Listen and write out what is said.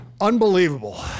Unbelievable